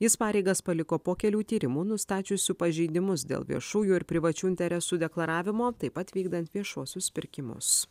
jis pareigas paliko po kelių tyrimų nustačiusių pažeidimus dėl viešųjų ir privačių interesų deklaravimo taip pat vykdant viešuosius pirkimus